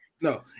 no